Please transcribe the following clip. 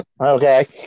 Okay